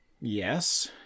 Yes